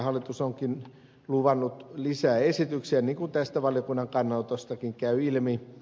hallitus onkin luvannut lisäesityksiä niin kuin tästä valiokunnan kannanotostakin käy ilmi